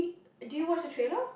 did you watch the trailer